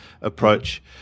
approach